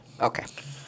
Okay